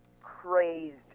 crazed